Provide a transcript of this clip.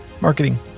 marketing